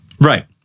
Right